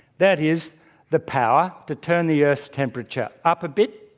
that is the power to turn the earth's temperature up a bit,